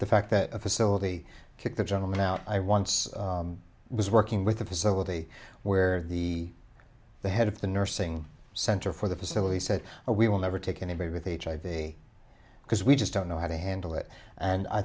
the fact that a facility kicked the gentleman out i once was working with a facility the the head of the nursing center for the facility said we will never take anybody with h i v because we just don't know how to handle it and i